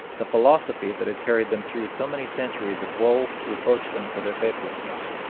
the philosophy that had carried them through so many centuries of woe reproached them for their faithlessness.